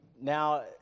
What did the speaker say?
now